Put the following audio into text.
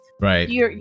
right